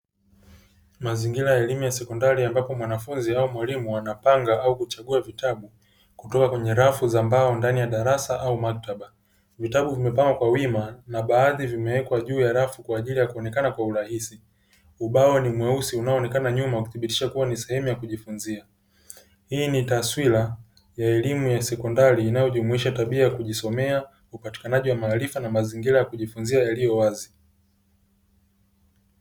Mazingira ya elimu ya sekondari ambapo mwanafunzi au mwalimu anapanga au kuchagua vitabu, kutoka kwenye rafu za mbao ndani ya darasa au maktaba, vitabu vimepangwa kwa wima na baadhi vimewekwa juu ya rafu kwa ajili ya kuonekana kwa urahisi, ubao ni mweusi unao onekana nyuma ukithibitisha kuwa ni sehemu ya kujifunzia, hii ni taswira ya elimu ya sekondari inayo jumuisha tabia ya kujisomea upatikanaji wa maarifa na mazingira ya kujisomea yaliyo wazi.